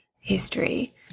history